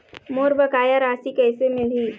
मोर बकाया राशि कैसे मिलही?